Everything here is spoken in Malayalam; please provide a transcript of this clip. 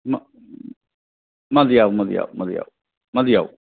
മ മതിയാവും മതിയാവും മതിയാവും മതിയാവും